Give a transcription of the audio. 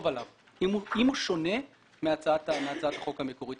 עליו אם הוא שונה מהצעת החוק המקורית.